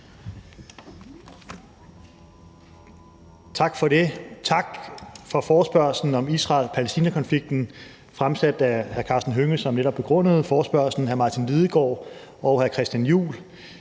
Tak for det. Tak for forespørgslen om Israel-Palæstina-konflikten fremsat af hr. Karsten Hønge, som netop begrundede forespørgslen, og hr. Martin Lidegaard og hr. Christian Juhl.